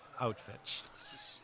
outfits